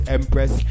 Empress